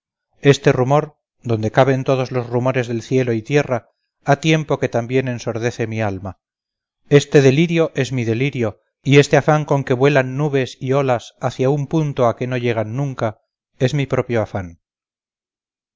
este rumor donde caben todos los rumores de cielo y tierra ha tiempo que también ensordece mi alma este delirio es mi delirio y este afán con que vuelan nubes y olas hacia un punto a que no llegan nunca es mi propio afán